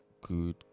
good